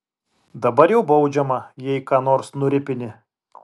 dabar jau baudžiama jei ką nors nuripini